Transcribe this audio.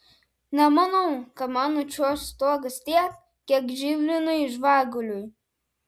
nemanau kad man nučiuoš stogas tiek kiek žilvinui žvaguliui